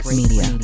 media